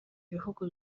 bihugu